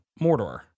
Mordor